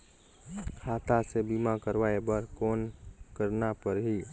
खाता से बीमा करवाय बर कौन करना परही?